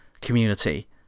community